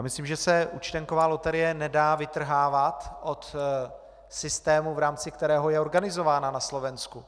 Myslím, že se účtenková loterie nedá vytrhávat od systému, v rámci kterého je organizována na Slovensku.